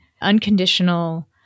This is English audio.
unconditional